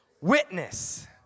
witness